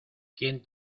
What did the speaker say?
quién